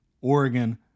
Oregon